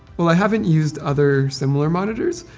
well i haven't used other similar monitors,